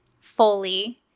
fully